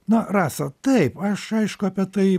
na rasa taip aš aišku apie tai